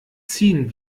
ziehen